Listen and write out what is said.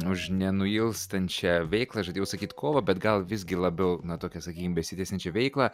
už nenuilstančią veiklą žadėjau sakyt kovą bet gal visgi labiau na tokią sakykim besitęsiančią veiklą